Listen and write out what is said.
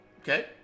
okay